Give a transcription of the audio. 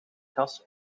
kras